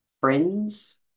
Friends